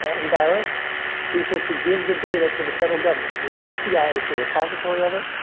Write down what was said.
ah embarrass people to give the data to the federal government. the fbi is the repository of it.